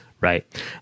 right